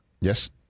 Yes